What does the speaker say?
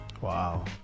Wow